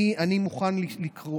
אני מוכן לקרוא,